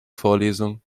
vorlesung